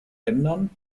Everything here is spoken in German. ändern